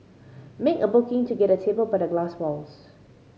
make a booking to get a table by the glass walls